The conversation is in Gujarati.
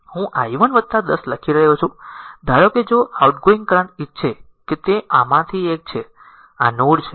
હું i 1 10 લખી રહ્યો છું ધારો કે જો આઉટગોઇંગ કરંટ ઈચ્છે કે તે આમાંથી છે આ નોડ છે